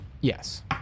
Yes